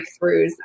breakthroughs